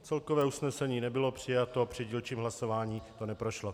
Celkové usnesení nebylo přijato a při dílčím hlasování to neprošlo.